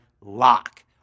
lock